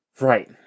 Right